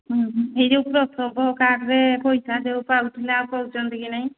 ଏଇ ଯେଉଁ ପ୍ରସବ କାର୍ଡ଼୍ରେ ପଇସା ଯେଉଁ ପାଉଥିଲା ଆଉ ପାଉଛନ୍ତି କି ନାହିଁ